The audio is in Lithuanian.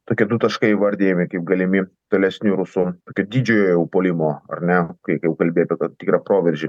tokie du taškai įvardijami kaip galimi tolesni rusų tokio didžiojo jau puolimo ar ne kaip jau kalbėt apie tikrą proveržį